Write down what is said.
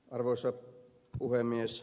arvoisa puhemies